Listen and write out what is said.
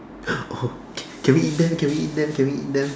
oh can we eat them can we eat them can we eat them